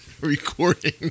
recording